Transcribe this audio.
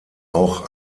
auch